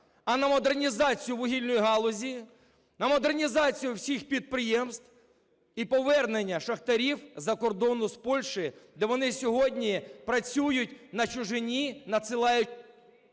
а на модернізацію вугільної галузі, на модернізацію всіх підприємств і повернення шахтарів з-за кордону, з Польщі, де вони сьогодні працюють на чужині, надсилають…